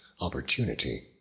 opportunity